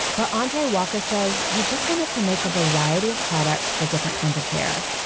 but andre walker says he just wanted to make a variety of products for different kinds of hair.